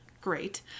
great